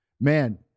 man